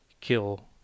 kill